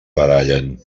barallen